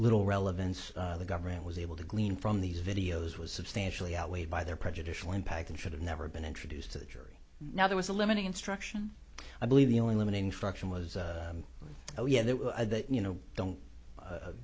little relevance the government was able to glean from these videos was substantially outweighed by their prejudicial impact and should have never been introduced to the jury now there was a limiting instruction i believe the only limit infraction was oh yeah you know don't